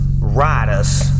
Riders